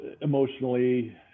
Emotionally